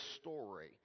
story